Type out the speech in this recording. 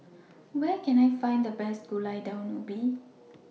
Where Can I Find The Best Gulai Daun Ubi